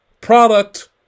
product